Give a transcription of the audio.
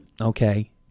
Okay